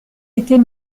était